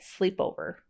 sleepover